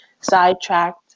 sidetracked